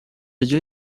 جای